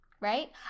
right